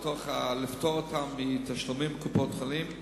או לפטור אותם מתשלומים של קופות-חולים.